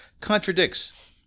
contradicts